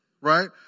right